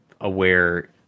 aware